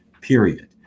period